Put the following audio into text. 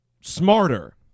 smarter